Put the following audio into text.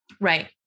Right